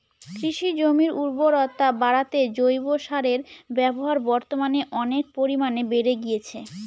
কৃষিজমির উর্বরতা বাড়াতে জৈব সারের ব্যবহার বর্তমানে অনেক পরিমানে বেড়ে গিয়েছে